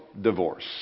divorce